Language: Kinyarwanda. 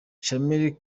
jamal